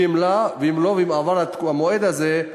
ואם עבר המועד הזה,